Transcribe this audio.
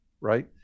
Right